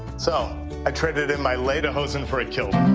so i traded in my later hosen for a kill.